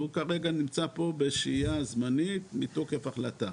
הוא נמצא בשהייה זמנית מתוקף החלטה.